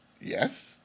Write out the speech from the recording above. yes